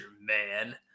Man